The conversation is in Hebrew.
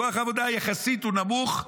כוח העבודה יחסית הוא נמוך,